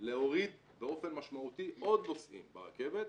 להוריד באופן משמעותי עוד נוסעים מהרכבת,